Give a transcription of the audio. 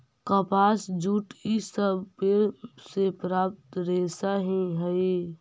कपास, जूट इ सब पेड़ से प्राप्त रेशा ही हई